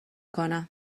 کنم